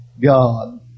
God